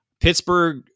Pittsburgh